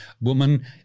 woman